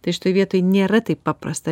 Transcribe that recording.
tai šitoj vietoj nėra taip paprasta